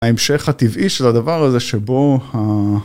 ההמשך הטבעי של הדבר הזה שבו ה...